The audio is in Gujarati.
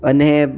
અને